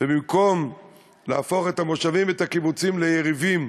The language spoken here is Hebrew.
ובמקום להפוך את המושבים ואת הקיבוצים ליריבים,